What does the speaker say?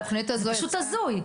אבל זה פשוט הזוי.